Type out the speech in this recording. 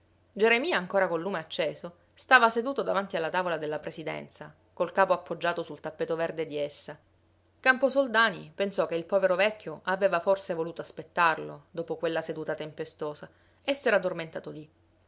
geremia ancora col lume acceso stava seduto davanti alla tavola della presidenza col capo appoggiato sul tappeto verde di essa camposoldani pensò che il povero vecchio aveva forse voluto aspettarlo dopo quella seduta tempestosa e s'era addormentato lì